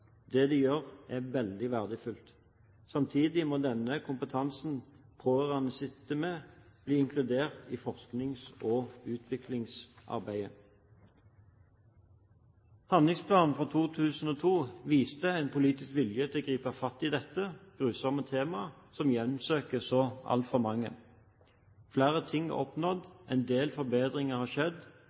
Det de gjør, er veldig verdifullt. Samtidig må den kompetansen pårørende sitter med, bli inkludert i forsknings- og utviklingsarbeidet. Handlingsplanen for 2002 viste en politisk vilje til å gripe fatt i dette grusomme temaet, som hjemsøker så altfor mange. Flere ting er oppnådd. En del forbedringer har skjedd,